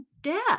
death